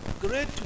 great